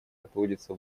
отводится